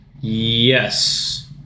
yes